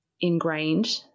ingrained